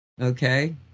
Okay